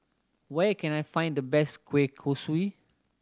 where can I find the best kueh kosui